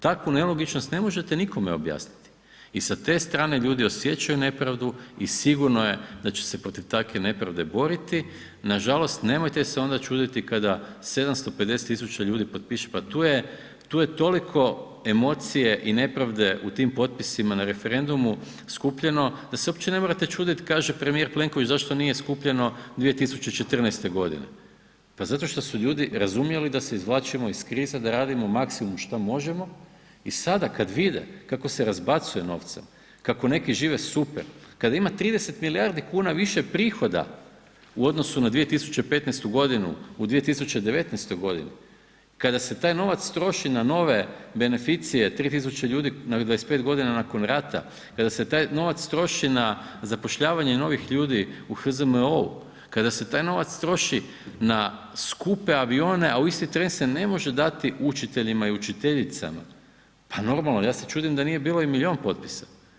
Takvu nelogičnost ne možete nikome objasniti i sa te strane ljudi osjećaju nepravdu i sigurno je da će se protiv takve nepravde boriti, nažalost, nemojte se onda čuditi kada 750 000 ljudi potpiše, pa tu je toliko emocije i nepravde u tim potpisima a referendumu skupljeno da se uopće ne morate čuditi kaže premijer Plenković, zašto nije skupljeno 2014. g., pa zato šta su ljudi razumjeli da se izvlačimo iz krize, da radimo maksimum šta možemo i sada kad vide kako se razbacuje novce, kako neki žive super, kada ima 30 milijardi kuna više prohoda u odnosu na 2015. g. u 2019. g., kada se taj novac troši na nove beneficije, 3000 ljudi na 25 g. nakon rata, kada se taj novac troši na zapošljavanje novih ljudi u HZMO-u, kada se taj novac troši na skupe avione a u isti tren se ne može dati učiteljima i učiteljicama, pa normalno, ja se čudim da nije bilo i milijun potpisa.